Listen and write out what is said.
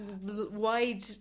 wide